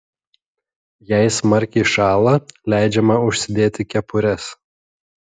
jei smarkiai šąla leidžiama užsidėti kepures